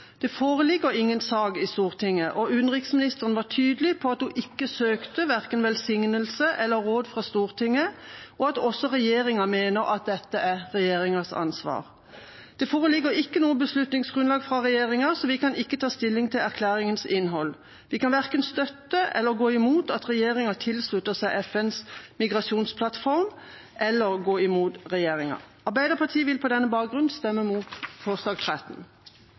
Det foreligger ingen sak i Stortinget, og utenriksministeren var tydelig på at hun ikke søkte verken velsignelse eller råd fra Stortinget, og at også regjeringa mener at dette er regjeringas ansvar. Det foreligger ikke noe beslutningsgrunnlag fra regjeringa, så vi kan ikke ta stilling til erklæringens innhold. Vi kan verken støtte eller gå imot at regjeringa tilslutter seg FNs migrasjonsplattform, eller gå imot regjeringa. Arbeiderpartiet vil på denne bakgrunn stemme imot forslag nr. 13.